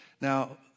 Now